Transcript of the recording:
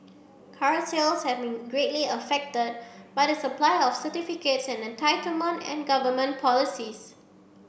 car sales can be greatly affected by the supply of certificates an entitlement and government policies